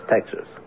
Texas